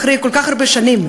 אחרי כל כך הרבה שנים,